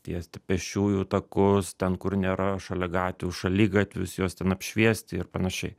tiesti pėsčiųjų takus ten kur nėra šalia gatvių šaligatvius juos ten apšviesti ir panašiai